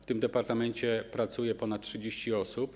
W tym departamencie pracuje ponad 30 osób.